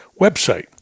website